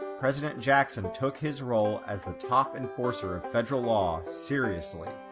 president jackson took his role as the top enforcer of federal law seriously,